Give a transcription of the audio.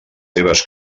seves